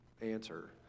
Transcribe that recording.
answer